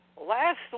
Last